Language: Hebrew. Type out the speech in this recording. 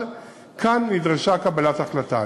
אבל כאן נדרשה קבלת החלטה.